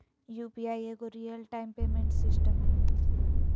UPI एगो real time payment system हइ